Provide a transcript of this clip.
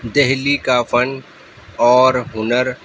دہلی کا فن اور ہنر